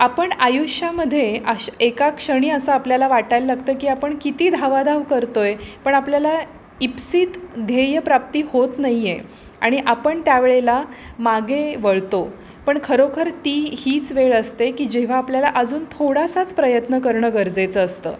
आपण आयुष्यामध्ये अश एका क्षणी असं आपल्याला वाटायला लागतं की आपण किती धावाधाव करतोयपण आपल्याला ईप्सित ध्येयप्राप्ती होत नाही आहे आणि आपण त्या वेळेला मागे वळतो पण खरोखर ती हीच वेळ असते की जेव्हा आपल्याला अजून थोडासाच प्रयत्न करणं गरजेचं असतं